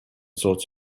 sorts